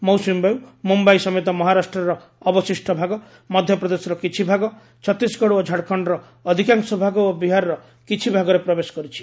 ମୌସୁମୀ ବାୟୁ ମୁମ୍ଯାଇ ସମେତ ମହାରାଷ୍ଟ୍ରର ଅବଶିଷ୍ଟ ଭାଗ ମଧ୍ୟପ୍ରଦେଶର କିଛି ଭାଗ ଛତିଶଗଡ଼ ଓ ଝାଡ଼ଖଣ୍ଡର ଅଧିକାଂଶ ଭାଗ ଓ ବିହାରର କିଛି ଭାଗରେ ପ୍ରବେଶ କରିଛି